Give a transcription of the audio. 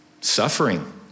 suffering